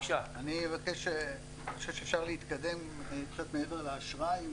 אני חושב שאפשר להתקדם קצת מעבר לאשראי.